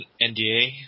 NDA